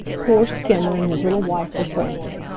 poor skimmer and his little wife were frantic.